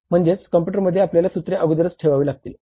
म्हणजे कॉम्पुटरमध्ये आपल्याला सूत्रे अगोदरच ठेवावी लागतील